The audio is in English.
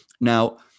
now